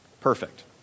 Perfect